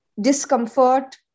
discomfort